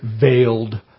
veiled